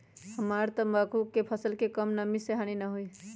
हमरा तंबाकू के फसल के का कम नमी से हानि होई?